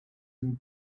and